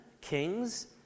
kings